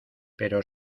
pero